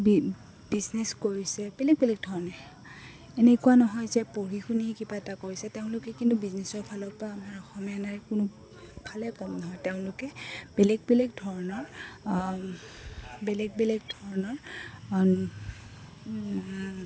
business কৰিছে বেলেগ বেলেগ ধৰণে এনেকুৱা নহয় যে পঢ়ি শুনিয়ে কিবা এটা কৰিছে তেওঁলোকে কিন্তু বিজনেছৰফালৰপা আমাৰ অসমীয়া নাৰী কোনোফালেই কম নহয় তেওঁলোকে বেলেগ বেলেগ ধৰণৰ বেলেগ বেলেগ ধৰণৰ